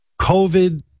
COVID